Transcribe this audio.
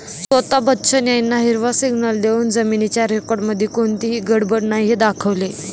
स्वता बच्चन यांना हिरवा सिग्नल देऊन जमिनीच्या रेकॉर्डमध्ये कोणतीही गडबड नाही हे दाखवले